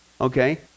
okay